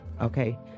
okay